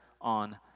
on